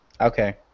Okay